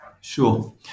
Sure